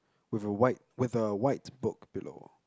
with a white with a white book below